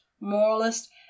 moralist